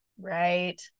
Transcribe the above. Right